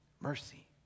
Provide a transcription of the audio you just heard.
mercy